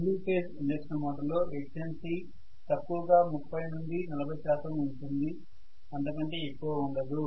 అయితే single phase induction మోటారులో efficiency తక్కువగా 30 నుండి 40 శాతం ఉంటుంది అంతకంటే ఎక్కువ ఉండదు